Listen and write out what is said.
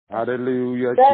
Hallelujah